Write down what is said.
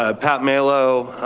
ah pat mallow,